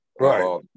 Right